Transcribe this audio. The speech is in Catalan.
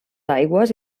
aigües